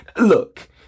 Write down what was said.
Look